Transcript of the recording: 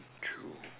true